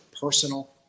personal